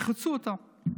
ירחצו אותן.